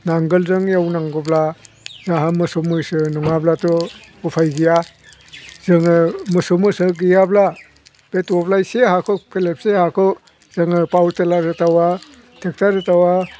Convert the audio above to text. नांगोलजों एवनांगौब्ला जोंहा मोसौ मैसो नङाब्लाथ' उफाय गैया जोङो मोसौ मैसो गैयाब्ला बे दब्लायसे हाखौ फेरलेबसे हाखौ जोङो पावार टिलार होथावा ट्रेक्ट'र होथावा